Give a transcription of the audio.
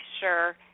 sure